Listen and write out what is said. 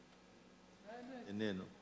איננו.